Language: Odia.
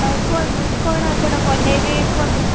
ଆଉ କୁହନ୍ତୁ କ'ଣ ଆପଣ ବନାଇବେ କୁହନ୍ତୁ